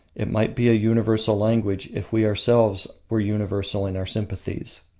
it might be a universal language if we ourselves were universal in our sympathies.